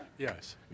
Yes